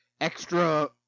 extra